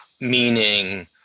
meaning